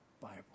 Bible